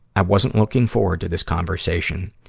i wasn't looking forward to this conversation,